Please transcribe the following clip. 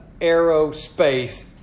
aerospace